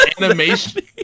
animation